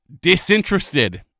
disinterested